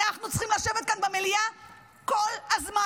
אנחנו צריכים לשבת כאן במליאה כל הזמן.